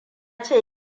ce